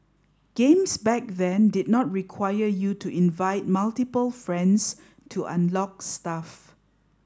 games back then did not require you to invite multiple friends to unlock stuff